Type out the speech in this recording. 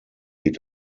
geht